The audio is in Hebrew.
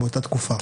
באותה תקופה,